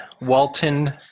Walton